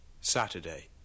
Saturday